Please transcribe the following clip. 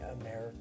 America